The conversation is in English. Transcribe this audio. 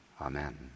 Amen